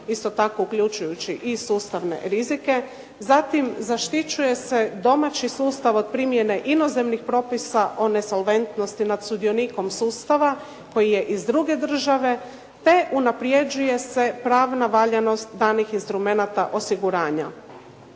isto tako uključujući i sustavne rizike. Zatim, zaštićuje se domaći sustav od primjene inozemnih propisa o nesolventnosti nad sudionikom sustava koji je iz druge države te unapređuje se pravna valjanost danih instrumenata osiguranja.